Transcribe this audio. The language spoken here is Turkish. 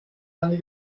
haline